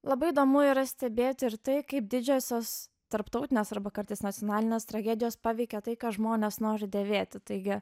labai įdomu yra stebėti ir tai kaip didžiosios tarptautinės arba kartais nacionalinės tragedijos paveikia tai ką žmonės nori dėvėti taigi